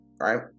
Right